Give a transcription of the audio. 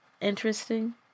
interesting